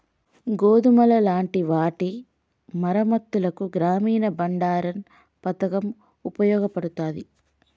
గోదాములు లాంటి వాటి మరమ్మత్తులకు గ్రామీన బండారన్ పతకం ఉపయోగపడతాది